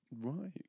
Right